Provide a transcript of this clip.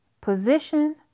position